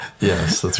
Yes